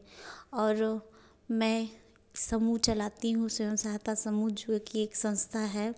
और मैं समूह चलाती हूँ स्वयं सहायता समूह जो कि एक संस्था है